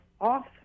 off